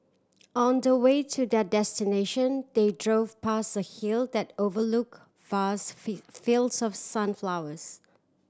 on the way to their destination they drove past a hill that overlook vast fields of sunflowers